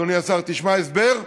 אדוני השר, תשמע הסבר.